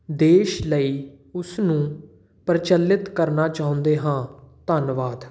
ਦੇਸ਼ ਲਈ ਉਸਨੂੰ ਪ੍ਰਚਲਿਤ ਕਰਨਾ ਚਾਹੁੰਦੇ ਹਾਂ ਧੰਨਵਾਦ